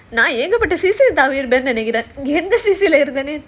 நான் ஏகப்பட்ட:naan yaeka patta season நெனைக்கிறேன் எந்த:nenaikkiraen endha season